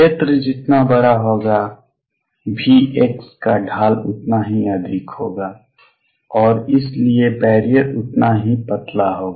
क्षेत्र जितना बड़ा होगा V का ढाल उतना ही अधिक होगा और इसलिए बैरियर उतना ही पतला होगा